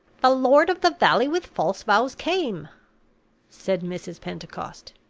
the lord of the valley with false vows came said mrs. pentecost.